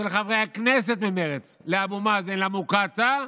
של חברי הכנסת ממרצ לאבו מאזן, למוקטעה,